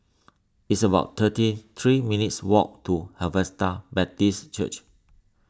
it's about thirty three minutes' walk to Harvester Baptist Church